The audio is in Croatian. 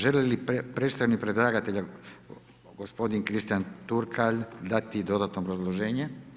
Želi li predstavnik predlagatelja gospodin Kristijan Turkalj dati dodatno obrazloženje?